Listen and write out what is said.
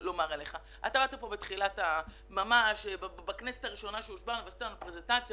אתה היית פה ממש לראשונה כאשר הושבענו ועשית לנו פרזנטציה